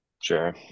Sure